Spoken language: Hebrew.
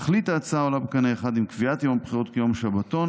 תכלית ההצעה עולה בקנה אחד עם קביעת יום הבחירות כיום שבתון,